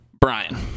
brian